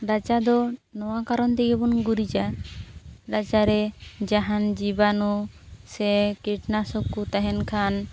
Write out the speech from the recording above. ᱨᱟᱪᱟ ᱫᱚ ᱱᱚᱣᱟ ᱠᱟᱨᱚᱱ ᱛᱮᱜᱮ ᱵᱚᱱ ᱜᱩᱨᱤᱡᱟ ᱨᱟᱪᱟᱨᱮ ᱡᱟᱦᱟᱱ ᱡᱤᱵᱟᱱᱩ ᱥᱮ ᱠᱤᱴᱱᱟᱥᱚᱠ ᱠᱚ ᱛᱟᱦᱮᱱ ᱠᱷᱟᱱ